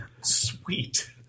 sweet